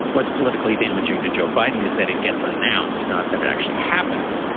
what's politically damaging to joe biden is that it gets announced, not that it actually happens.